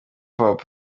hop